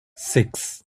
six